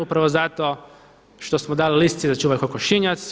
Upravo zato što smo dali „lisici da čuva kokošinjac“